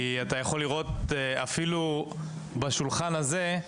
כי אתה יכול לראות שאפילו בשולחן הזה,